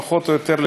פחות או יותר,